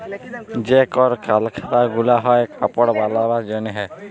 যে কল কারখালা গুলা হ্যয় কাপড় বালাবার জনহে